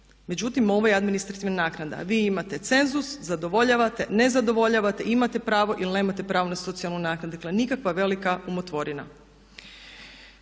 Međutim, ovo je administrativna naknada. Vi imate cenzus, zadovoljavate, ne zadovoljavate. Imate pravo ili nemate pravo na socijalnu naknadu. Dakle, nikakva velika umotvorina.